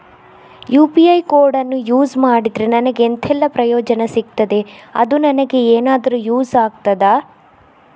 UPI ಕೋಡನ್ನು use ಮಾಡಿದ್ರೆ ನನಗೆ ಎಂಥೆಲ್ಲಾ ಪ್ರಯೋಜನ ಸಿಗ್ತದೆ, ಅದು ನನಗೆ ಎನಾದರೂ ಯೂಸ್ ಆಗ್ತದಾ?